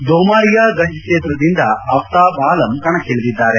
ಧೊಮಾರಿಯ ಗಂಚ್ ಕ್ಷೇತ್ರದಿಂದ ಆಫ್ತಾಬ್ ಆಲಂ ಕಣಕ್ಷಿಳಿದಿದ್ದಾರೆ